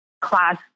class